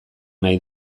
nahi